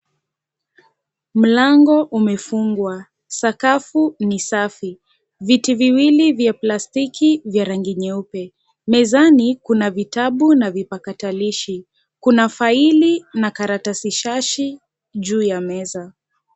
Mlango umefungwa sakafu ni safi viti viwili vya plastiki vya rangi nyeupe mezani kuna vitabu na vibakatarishi kuna faili na karatasi shashi juu ya meza.